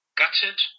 gutted